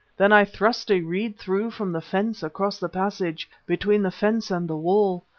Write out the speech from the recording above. then i thrust a reed through from the fence across the passage between the fence and the wall,